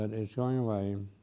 but it's going away,